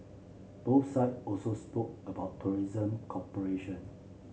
both side also spoke about tourism cooperation